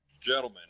gentlemen